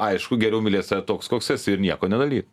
aišku geriau mylėt save toks koks esi ir nieko nedaryt